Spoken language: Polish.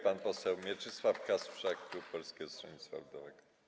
Pan poseł Mieczysław Kasprzak, klub Polskiego Stronnictwa Ludowego.